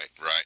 Right